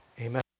Amen